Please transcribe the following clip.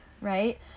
right